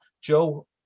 joe